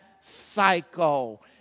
cycle